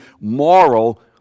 moral